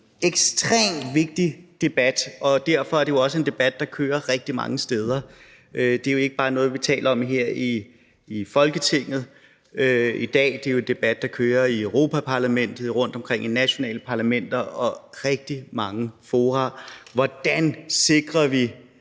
ekstremt vigtig debat, og derfor er det jo også en debat, der kører rigtig mange steder. Det er ikke bare noget, vi taler om her i Folketinget i dag; det er jo en debat, der kører i Europa-Parlamentet og rundtomkring i nationale parlamenter og i rigtig mange fora: Hvordan sikrer vi,